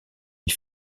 les